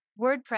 WordPress